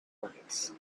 lights